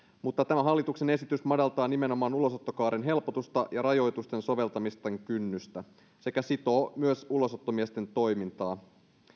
mutta tämä hallituksen esitys madaltaa nimenomaan ulosottokaaren helpotusten ja rajoitusten soveltamisten kynnystä sekä sitoo myös ulosottomiesten toimintaa